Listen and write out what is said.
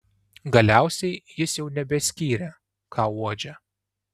galiausiai jis jau nebeskyrė ką uodžia